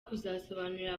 kuzasobanurira